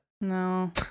No